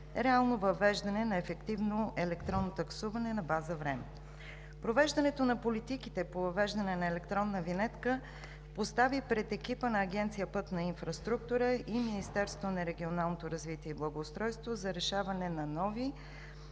реално въвеждане на ефективно електронно таксуване на база време. Провеждането на политиките по въвеждане на електронна винетка постави пред екипа на Агенция „Пътна инфраструктура“ и Министерството на регионалното развитие и благоустройството за решаване нови